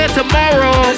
tomorrow